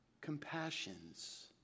compassions